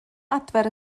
adfer